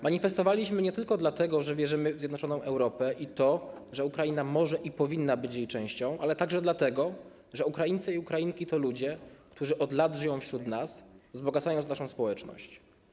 Manifestowaliśmy nie tylko dlatego, że wierzymy w zjednoczoną Europę i to, że Ukraina może i powinna być jej częścią, lecz także dlatego, że Ukraińcy i Ukrainki to ludzie, którzy od lat żyją wśród nas, wzbogacając naszą społeczność.